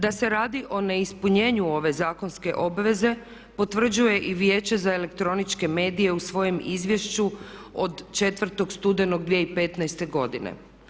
Da se radi o neispunjenju ove zakonske obveze potvrđuje i Vijeće za elektroničke medije u svojem izvješću od 4. studenog 2015. godine.